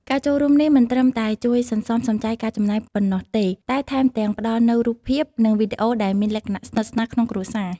ការចូលរួមនេះមិនត្រឹមតែជួយសន្សំសំចៃការចំណាយប៉ុណ្ណោះទេ តែថែមទាំងផ្តល់នូវរូបភាព និងវីដេអូដែលមានលក្ខណៈស្និទ្ធស្នាលក្នុងគ្រួសារ។